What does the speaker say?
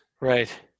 Right